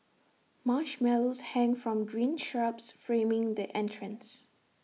marshmallows hang from green shrubs framing the entrance